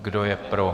Kdo je pro?